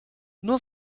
nur